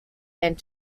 and